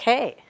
Okay